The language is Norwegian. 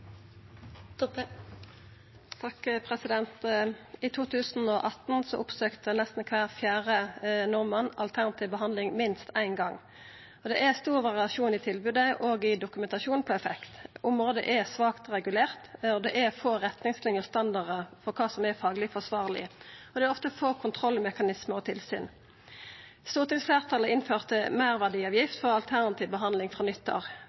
I 2018 oppsøkte nesten kvar fjerde nordmann alternativ behandling minst ein gong. Det er stor variasjon i tilbodet, òg i dokumentasjonen på effekten. Området er svakt regulert, og det er få retningsliner og standardar på kva som er fagleg forsvarleg. Det er ofte få kontrollmekanismar og tilsyn. Stortingsfleirtalet innførte meirverdiavgift for alternativ behandling frå